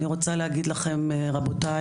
אני רוצה להגיד לכם רבותיי,